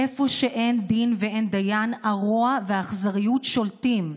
איפה שאין דין ואין דיין, הרוע והאכזריות שולטים.